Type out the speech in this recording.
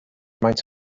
maent